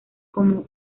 como